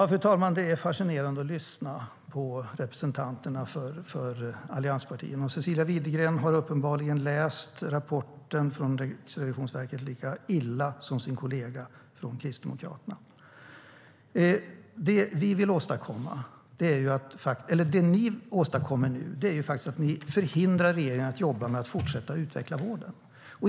Fru talman! Det är fascinerande att lyssna på representanterna för allianspartierna. Cecilia Widegren har uppenbarligen läst rapporten från Riksrevisionen lika illa som sin kollega från Kristdemokraterna.Det ni åstadkommer nu är att förhindra att regeringen kan fortsätta utveckla vården.